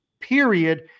period